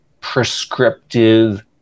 prescriptive